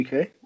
UK